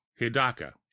Hidaka